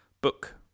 book